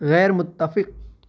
غیر متفق